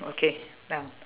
okay done